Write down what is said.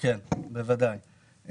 בוודאי.